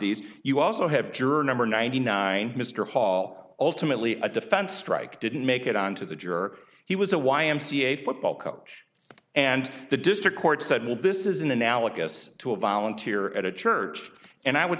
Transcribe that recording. these you also have juror number ninety nine mr hall ultimately a defense strike didn't make it on to the juror he was a y m c a football coach and the district court said well this isn't analogous to a volunteer at a church and i would